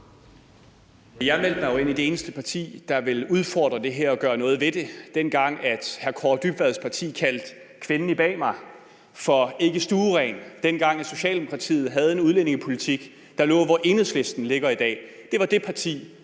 Jeg meldte mig jo ind i det eneste parti, der vil udfordre det her og gøre noget ved det, dengang udlændinge- og integrationsministerens parti kaldte kvinden bag mig for ikke stueren; dengang Socialdemokratiet havde en udlændingepolitik, der lå, hvor Enhedslistens ligger i dag. Det var det parti,